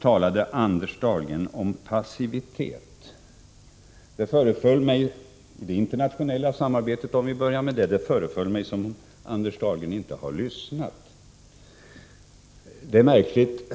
talade Anders Dahlgren om passivitet i det internationella samarbetet, om vi börjar med det. Det föreföll mig som om Anders Dahlgren inte har lyssnat. Det är märkligt.